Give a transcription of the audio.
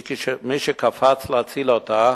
מי שקפץ להציל אותה,